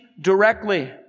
directly